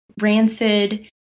rancid